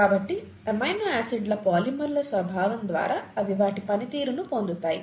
కాబట్టి amino acid ల పాలిమర్ల స్వభావం ద్వారా అవి వాటి పనితీరును పొందుతాయి